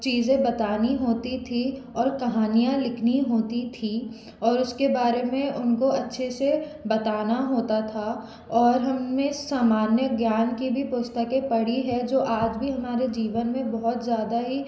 चीज़ें बतानी होती थी और कहानियाँ लिखनी होती थीं और उसके बारे में उनको अच्छे से बताना होता था और हम ने सामान्य ज्ञान की भी पुस्तकें पढ़ी है जो आज भी हमारे जीवन में बहुत ज़्यादा ही